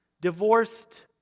divorced